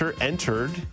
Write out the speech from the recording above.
entered